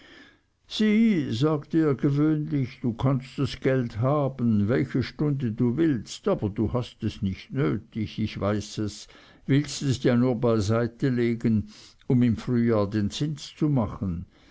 sieh sagte er gewöhnlich du kannst das geld haben welche stunde du willst aber du hast es nicht nötig ich weiß es willst es ja nur beiseitelegen um im frühjahr den zins zu machen